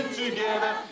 together